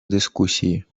дискусії